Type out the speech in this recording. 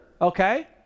okay